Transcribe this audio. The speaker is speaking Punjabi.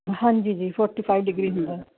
ਹਾਂਜੀ ਜੀ ਫੋਟੀਫਾਈਵ ਡਿਗਰੀ ਹੁੰਦਾ